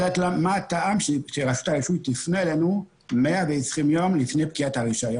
הטעם שרשות הרישוי תפנה אלינו 120 ימים לפני פקיעת הרישיון.